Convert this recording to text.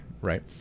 right